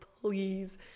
please